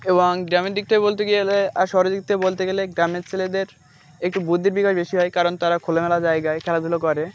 এবং গ্রামের দিক থেকে বলতে গেলে আর শহরের দিক থেকে বলতে গেলে গ্রামের ছেলেদের একটু বুদ্ধির বিবেক বেশি হয় কারণ তারা খোলা মেলা জায়গায় খেলাধুলো করে